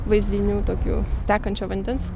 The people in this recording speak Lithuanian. vaizdinių tokių tekančio vandens